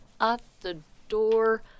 at-the-door